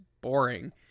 boring